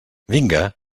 vinga